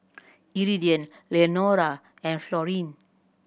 Iridian Leonora and Florine